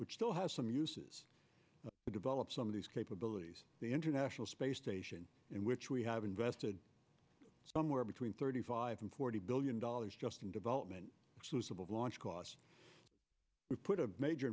which still has some uses to develop some of these capabilities the international space station in which we have invested somewhere between thirty five and forty billion dollars just in development of launch costs we put a major